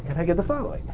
i get the following.